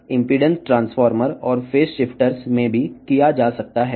impedance ట్రాన్స్ఫార్మర్లు మరియు phase షిఫ్టర్లలో కూడా వీటిని ఉపయోగించవచ్చు